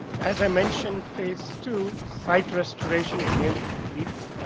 as i mentioned, phase two site restoration is nearly complete.